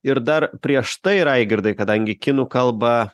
ir dar prieš tai raigirdai kadangi kinų kalba